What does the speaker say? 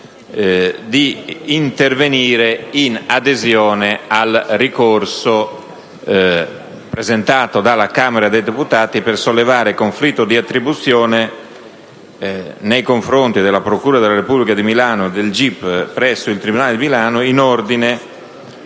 di intervenire in adesione al ricorso presentato dalla Camera dei deputati per sollevare conflitto di attribuzione nei confronti della procura della Repubblica presso il tribunale di Milano e del